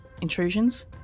intrusions